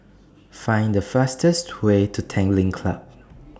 Find The fastest Way to Tanglin Club